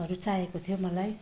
हरू चाहिएको थियो मलाई